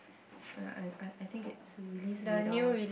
I I I I think it's release radars